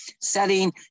setting